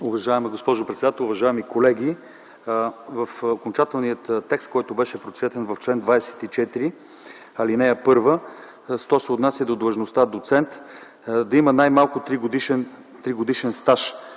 Уважаема госпожо председател, уважаеми колеги! В окончателния текст, който беше прочетен в чл. 24, ал. 1 що се отнася до длъжността „доцент” – да има най-малко 3-годишен стаж.